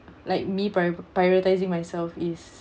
like me prio~ prioritising myself is